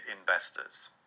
investors